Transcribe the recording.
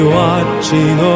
watching